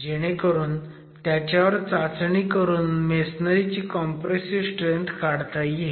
जेणेकरून त्याच्यावर चाचणी करून मेसनरी ची कॉम्प्रेसिव्ह स्ट्रेंथ काढता येईल